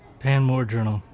pan war journal,